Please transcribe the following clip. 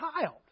child